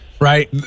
right